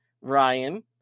Ryan